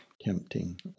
tempting